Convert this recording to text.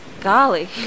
Golly